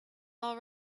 all